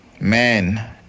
man